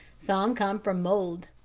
some come from mould.